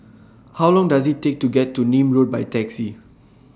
How Long Does IT Take to get to Nim Road By Taxi